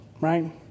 right